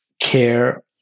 care